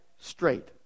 straight